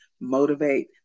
motivate